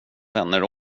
vänner